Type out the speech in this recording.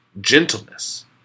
gentleness